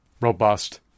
robust